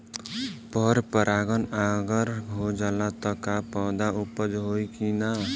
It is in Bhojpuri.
पर परागण अगर हो जाला त का पौधा उपज होई की ना?